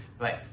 right